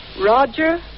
Roger